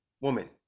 woman